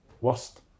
worst